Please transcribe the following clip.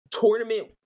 tournament